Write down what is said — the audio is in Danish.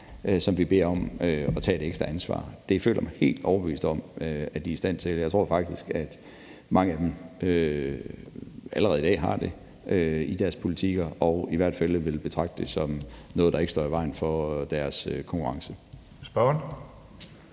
som vi beder om at tage et ekstra ansvar. Det føler jeg mig helt overbevist om at de er i stand til. Jeg tror faktisk, at mange af dem allerede i dag har det i deres politikker og i hvert fald vil betragte det som noget, der ikke står i vejen for deres konkurrenceevne.